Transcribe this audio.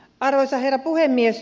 arvoisa herra puhemies